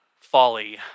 Folly